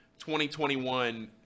2021